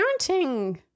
Parenting